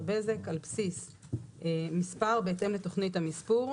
בזק על בסיס מספר בהתאם לתוכנית המספור".